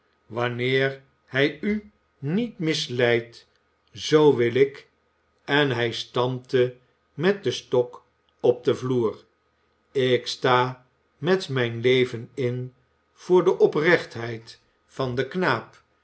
wanneer hij u niet misleidt zoo wil ik en hij stampte met den stok op den vloer ik sta met mijn leven in voor de oprechtheid van den knaap